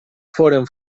foren